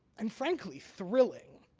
and frankly thrilling,